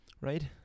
Right